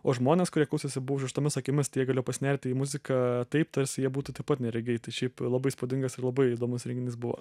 o žmonės kurie klausėsi buvo užrištomis akimis tai jie galėjo pasinerti į muziką taip tarsi jie būtų taip pat neregiai tai šiaip labai įspūdingas ir labai įdomus renginys buvo